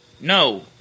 No